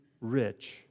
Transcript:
rich